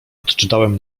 odczytałem